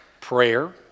prayer